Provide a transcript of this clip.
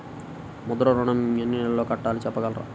ముద్ర ఋణం ఎన్ని నెలల్లో కట్టలో చెప్పగలరా?